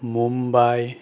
Mumbai